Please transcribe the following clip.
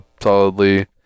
solidly